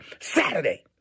Saturday